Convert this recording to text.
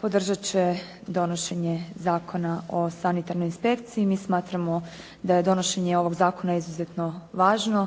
podržati će donošenje zakona o sanitarnoj inspekciji. Mi smatramo da je donošenje ovog zakona izuzetno važno